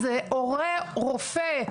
אז הורה רופא,